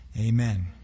Amen